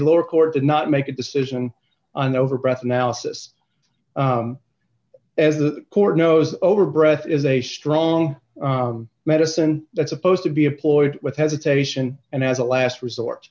lower court did not make a decision and over breath analysis as the court knows over breath is a strong medicine that's supposed to be employed with hesitation and as a last resort